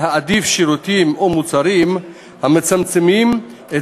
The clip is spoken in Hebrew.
להעדיף שירותים או מוצרים המצמצמים את